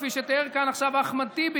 כפי שתיאר כאן אחמד טיבי,